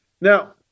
Now